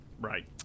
Right